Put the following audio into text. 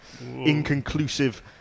inconclusive